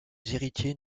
héritiers